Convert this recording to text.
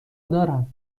دارم